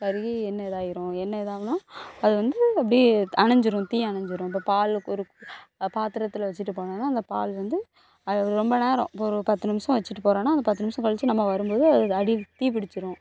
கருகி எண்ணெய் இதாயிரும் எண்ணெய் இதாகுன்னா அது வந்து அப்படியே அணைஞ்சிரும் தீ அணைஞ்சிரும் இப்போ பாலுக்கு ஒரு பாத்திரத்தில் வச்சிவிட்டு போனோன்னா அந்த பால் வந்து அவர் ரொம்ப நேரம் இப்போ ஒரு பத்து நிமிஷம் வச்சிவிட்டு போகறோன்னா அந்த பத்து நிமிஷம் கழிச்சி நம்ம வரும்போது அது அடி தீ பிடிச்சிரும்